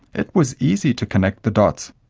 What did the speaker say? it was easy to connect the dots.